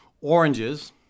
Oranges